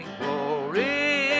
glory